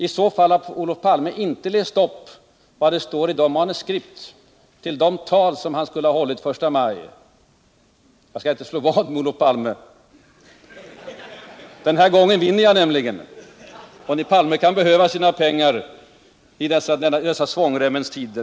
I så fall har Olof Palme inte läst upp vad det står i manuskripten till de tal som han skulle ha hållit I maj. Jag skall inte slå vad med Olof Palme. Den här gången vinner jag nämligen och Olof Palme kan behöva sina pengar i dessa ”svångremmens” tider.